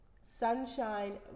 sunshine